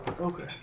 Okay